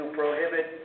prohibit